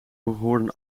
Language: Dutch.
behoren